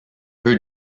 peu